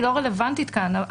היא לא רלוונטית כאן.